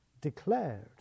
declared